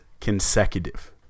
consecutive